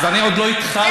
אז אני עוד לא התחלתי.